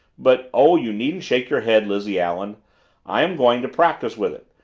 but oh, you needn't shake your head, lizzie allen i am going to practice with it.